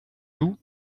tout